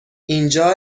اینجا